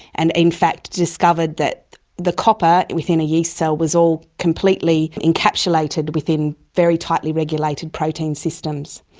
and in fact discovered that the copper within a yeast cell was all completely encapsulated within very tightly regulated protein systems,